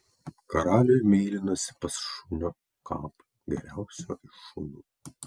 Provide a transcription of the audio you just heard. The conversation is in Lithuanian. karaliui meilinosi pas šunio kapą geriausio iš šunų